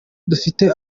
dufite